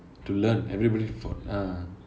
to learn everybody for err